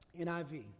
NIV